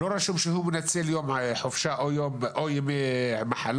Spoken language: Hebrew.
לא רשום שהוא מנצל יום חופשה או ימי מחלה.